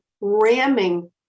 ramming